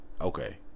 Okay